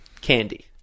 candy